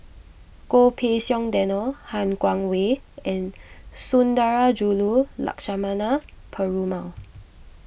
Goh Pei Siong Daniel Han Guangwei and Sundarajulu Lakshmana Perumal